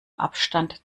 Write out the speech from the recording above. abstand